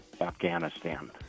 Afghanistan